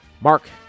Mark